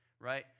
right